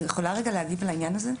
אני יכולה להגיב על העניין הזה?